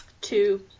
Two